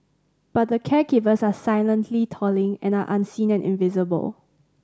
but the caregivers are silently toiling and are unseen and invisible